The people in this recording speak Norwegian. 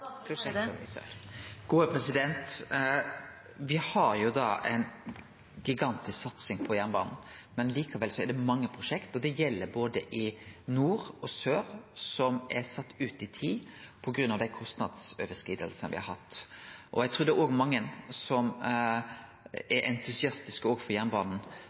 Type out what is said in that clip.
har ei gigantisk satsing på jernbanen, men likevel er det mange prosjekt – det gjeld i både nord og sør – som er sette ut i tid på grunn av dei kostnadsoverskridingane me har hatt. Eg trur det er mange som er entusiastiske med tanke på jernbanen